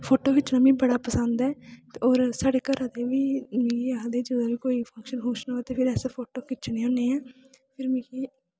photo खिच्चना मी बड़ा पसंद ऐ तो होर साढ़े घरा दे बी मिगी आखदे जिसलै कोई फंक्शन फुंख्शन होऐ ते फिर अस फोटो खिच्चने होन्ने ऐं फिर मिगी